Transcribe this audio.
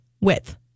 width